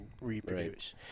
reproduce